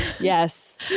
Yes